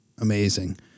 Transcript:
Amazing